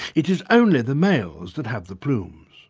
it is only the males that have the plumes.